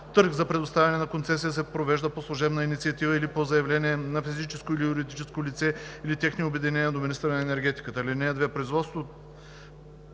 Търг за предоставяне на концесия се провежда по служебна инициатива или по заявление на физическо или юридическо лице или техни обединения до министъра на енергетиката. (2) Производство